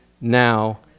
now